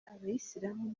abayisilamu